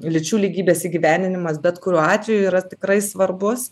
lyčių lygybės įgyvendinimas bet kuriuo atveju yra tikrai svarbus